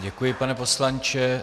Děkuji, pane poslanče.